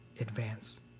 advance